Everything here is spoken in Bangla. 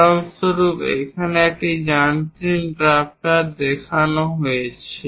উদাহরণস্বরূপ এখানে একটি যান্ত্রিক ড্রাফটার দেখানো হয়েছে